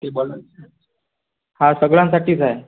ते बोला हा सगळ्यांसाठीचए